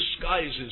disguises